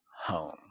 Home